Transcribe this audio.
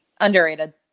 Underrated